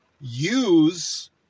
use